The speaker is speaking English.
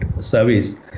service